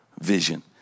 vision